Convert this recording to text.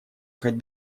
ехать